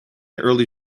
early